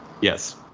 Yes